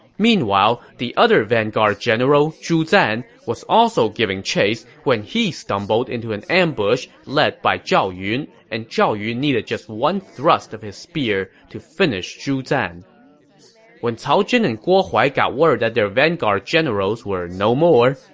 meanwhile, the other vanguard general, zhu zan, was also giving chase when he stumbled into an ambush led by zhao yun, and zhao yun needed only one thrust of his spear to finish zhu zan when cao zhen and guo huai got word that their vanguard generals were no more,